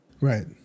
Right